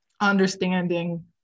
understanding